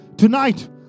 Tonight